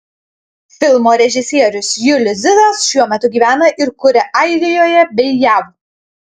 filmo režisierius julius zizas šiuo metu gyvena ir kuria airijoje bei jav